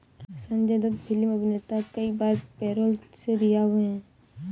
Sanjay Dutt film अभिनेता कई बार पैरोल से रिहा हुए हैं